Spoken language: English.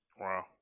Wow